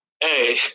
hey